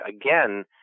Again